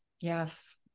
yes